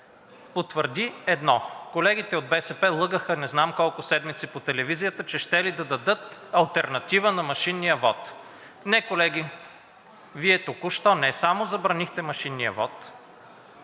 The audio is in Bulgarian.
потвърди едно – колегите от БСП лъгаха не знам колко седмици по телевизията, че щели дадат алтернатива на машинния вот. Не, колеги, Вие току-що не само забранихте машинния вот,